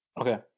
Okay